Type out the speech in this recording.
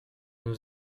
nous